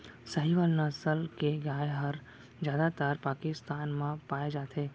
साहीवाल नसल के गाय हर जादातर पाकिस्तान म पाए जाथे